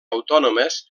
autònomes